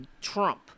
Trump